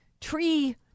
tree